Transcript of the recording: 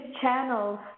channels